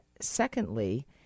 secondly